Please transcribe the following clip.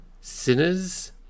sinners